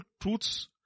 truths